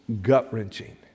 gut-wrenching